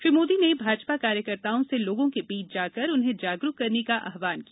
श्री मोदी ने भाजपा कार्यकर्ताओं से लोगों के बीच जाकर उन्हें जागरूक करने का आहवान किया